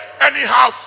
anyhow